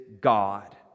God